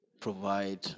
provide